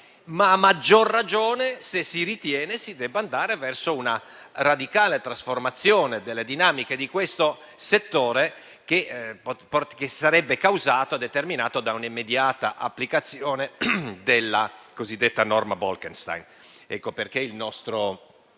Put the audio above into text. ma a maggior ragione se si ritiene si debba andare verso una radicale trasformazione delle dinamiche di questo settore, che sarebbe determinato da un'immediata applicazione della cosiddetta norma Bolkestein. Ecco perché il nostro